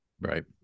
right